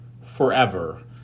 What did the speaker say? forever